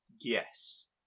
Yes